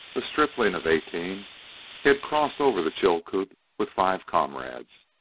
a stripling of eighteen, he had crossed over the chilcoot with five comrades.